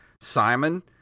Simon